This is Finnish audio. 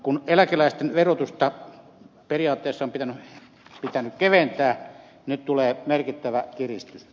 kun eläkeläisten verotusta periaatteessa on pitänyt keventää nyt tulee merkittävä kiristys